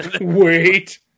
Wait